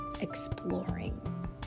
exploring